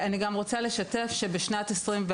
אני גם רוצה לשתף שבשנת 2021,